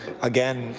again,